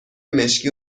مشکی